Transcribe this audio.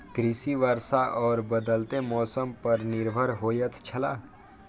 कृषि वर्षा और बदलेत मौसम पर निर्भर होयत छला